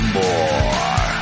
more